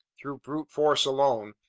through brute force alone,